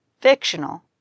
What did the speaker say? fictional